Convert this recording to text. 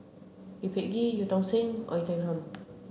Lee Peh Gee Eu Tong Sen Oei Tiong Ham